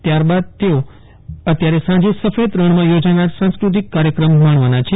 ત્યાર બાદ તેઓ અત્યારે સાંજે સફેદ રણમાં યોજાનાર સાંસ્કૃતિક કાર્યક્રમ માણવાના છે